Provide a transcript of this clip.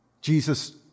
Jesus